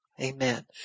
Amen